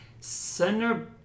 center